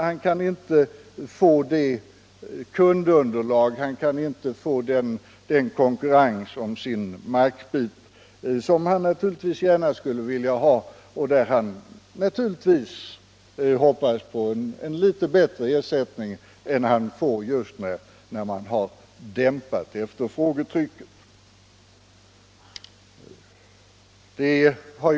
Han kan inte få det — fritidsfastighet kundunderlag och den konkurrens om sin markbit som han naturligtvis gärna skulle vilja ha för att kunna hoppas på litet bättre ersättning än han får när efterfrågetrycket har dämpats.